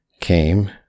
came